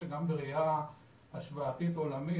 גם בראייה השוואתית עולמית,